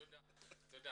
תודה.